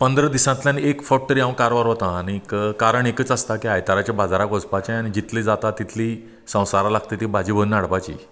पंदरा दिसांतल्यान एक फावट तरी हांव कारवार वतां आनी कारण एकूच आसता की आयताराचे बाजारांत वचपाचें आनी जितली जाता तितली संवसारा लागता ती भाजी भरून हाडपाची